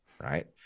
right